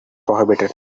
prohibited